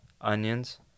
onions